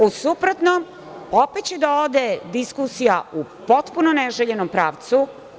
U suprotnom, opet će da ode diskusija u potpuno neželjenom pravcu.